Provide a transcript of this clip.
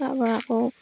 তাৰপৰা আকৌ